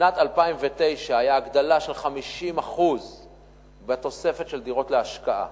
בשנת 2009 היתה הגדלה של 50% בתוספת של דירות להשקעה.